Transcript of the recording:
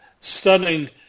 stunning